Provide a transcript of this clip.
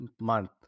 month